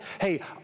hey